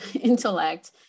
intellect